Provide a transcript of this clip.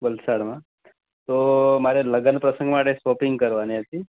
વલસાડમાં તો મારે લગનપ્રસંગ માટે શોપિંગ કરવાની હતી